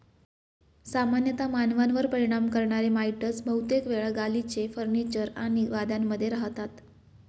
सामान्यतः मानवांवर परिणाम करणारे माइटस बहुतेक वेळा गालिचे, फर्निचर आणि गाद्यांमध्ये रहातात